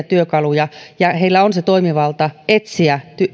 työkaluja ja heillä on se toimivalta etsiä